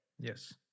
Yes